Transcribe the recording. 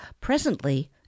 Presently